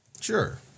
Sure